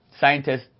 Scientists